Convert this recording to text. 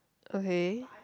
okay